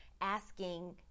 asking